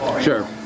Sure